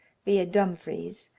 via dumfries,